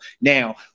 now